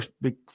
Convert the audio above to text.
big